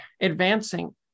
advancing